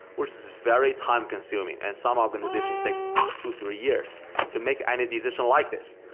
which is very time consuming, and some organization takes two, three years to make any decision like this.